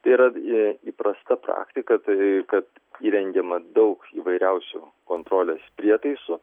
tai yra jie įprasta praktika tai kad įrengiama daug įvairiausių kontrolės prietaisų